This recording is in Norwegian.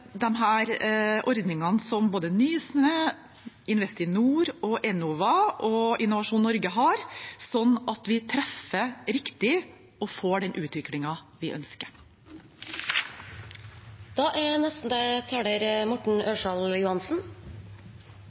ordningene som både Nysnø, Investinor, Enova og Innovasjon Norge har, slik at vi treffer riktig og får den utviklingen vi